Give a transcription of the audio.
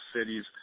cities